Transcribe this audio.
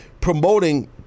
promoting